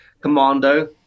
Commando